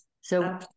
So-